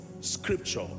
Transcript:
scripture